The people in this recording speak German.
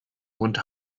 hund